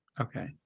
okay